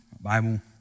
Bible